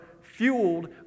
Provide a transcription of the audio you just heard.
fueled